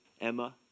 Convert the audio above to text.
Emma